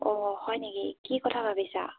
অ' হয় নেকি কি কথা ভাবিছা